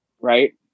Right